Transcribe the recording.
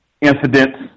incidents